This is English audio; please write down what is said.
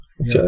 Okay